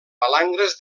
palangres